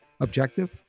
objective